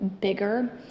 bigger